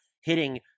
hitting